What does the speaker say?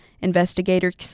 Investigators